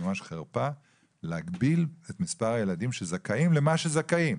ממש חרפה להגביל את מספר הילדים שזכאים למה שזכאים.